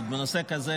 ועוד בנושא כזה,